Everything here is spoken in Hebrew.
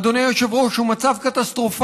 אדוני היושב-ראש, הוא מצב קטסטרופלי.